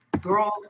girls